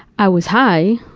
i was high,